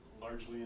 largely